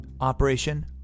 Operation